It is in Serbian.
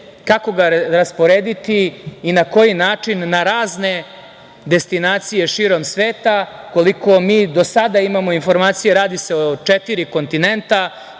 kako ga rasporediti i na koji način na razne destinacije širom sveta. Koliko mi do sada imamo informacije, radi se o četiri kontinenta,